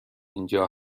اینجا